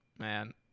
Man